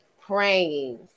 praying